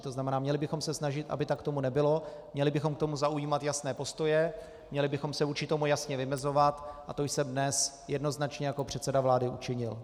To znamená, měli bychom se snažit, aby tak tomu nebylo, měli bychom k tomu zaujímat jasné postoje, měli bychom se vůči tomu jasně vymezovat a to jsem dnes jednoznačně jako předseda vlády učinil.